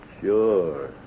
Sure